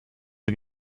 are